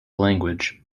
language